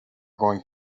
going